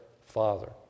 father